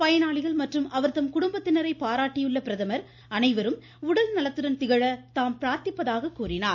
பயனாளிகள் மற்றும் அஅர்தம் குடும்பத்தினரை பாராட்டியுள்ள பிரதமர் அனைவரும் உடல் நலத்துடன் திகழ தாம் பிரார்த்திப்பதாக கூறினார்